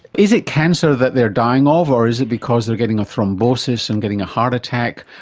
is it cancer that they are dying of, or is it because they are getting a thrombosis and getting a heart attack,